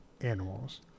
animals